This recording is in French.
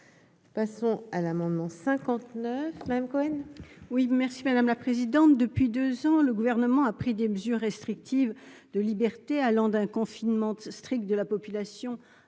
passons à l'amendement 59 même Cohen.